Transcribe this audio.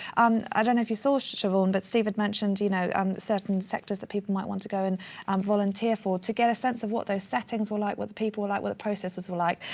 um i don't know if you saw, siobhan but steve had mentioned you know um certain sectors that people might want to go in and volunteer for to get a sense of what those settings were like, what the people were like, what the processes were like.